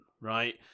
right